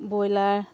broiler